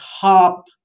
top